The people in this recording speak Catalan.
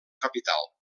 capital